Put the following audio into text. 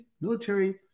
military